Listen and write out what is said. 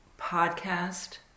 podcast